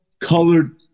colored